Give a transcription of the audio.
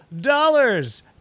dollars